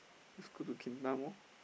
school to mall